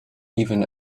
even